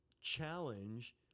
challenge